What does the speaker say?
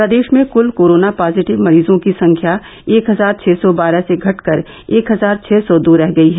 प्रदेश में कल corona positive मरीजों की संख्या एक हजार छः सौ बारह से घटकर एक हजार छः सौ दो रह गईं